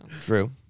True